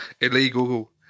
illegal